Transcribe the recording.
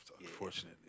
unfortunately